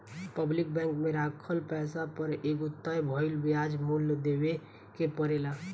public bank में राखल पैसा पर एगो तय भइल ब्याज मूल्य देवे के परेला